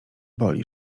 boli